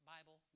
Bible